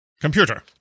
Computer